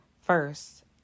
First